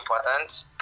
important